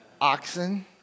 oxen